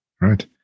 Right